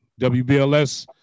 WBLS